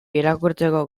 irakurtzeko